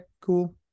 cool